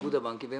המוסד הפיננסי צריך